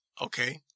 okay